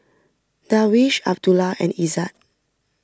Darwish Abdullah and Izzat